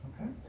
okay